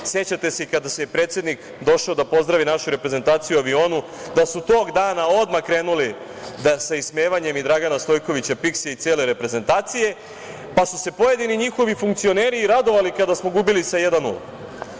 Sećate se i kada je predsednik došao da pozdravi našu reprezentaciju u avionu da su tog dana odmah krenuli sa ismevanjem i Dragana Stojkovća Piksija i cele reprezentacije, pa su se pojedini njihovi funkcioneri radovali kada smo gubili sa 1:0.